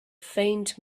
faint